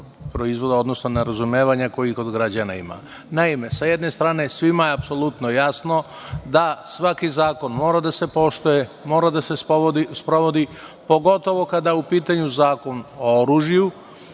odnosno nerazumevanje kojeg kod građana ima. Naime, sa jedne strane svima je apsolutno jasno da svaki zakon mora da se poštuje, mora da se sprovodi pogotovo kada je u pitanju Zakon o oružju,